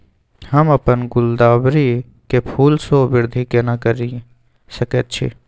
हम अपन गुलदाबरी के फूल सो वृद्धि केना करिये सकेत छी?